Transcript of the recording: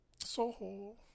SoHo